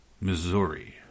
Missouri